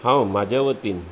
हांव म्हाज्या वतीन